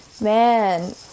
Man